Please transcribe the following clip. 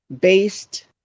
based